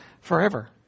forever